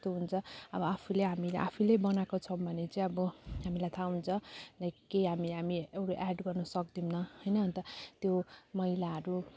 त्यस्तो हुन्छ अब आफूले हामी आफूले बनाएको छौँ भने चाहिँ अब हामीलाई थाहा हुन्छ लाइक के हामी हामी एउटा एड गर्न सक्दैनौँ होइन अन्त त्यो मैलाहरू